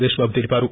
సురేష్ బాబు తెలిపారు